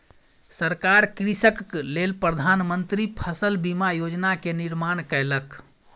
सरकार कृषकक लेल प्रधान मंत्री फसल बीमा योजना के निर्माण कयलक